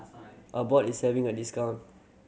Abbott is having a discount